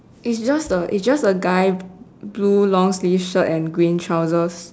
it's just a it's just a guy blue long sleeve shirt and green trousers